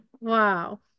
Wow